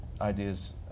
ideas